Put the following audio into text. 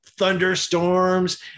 thunderstorms